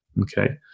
okay